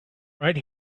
right